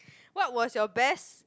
what was your best